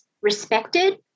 respected